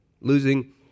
losing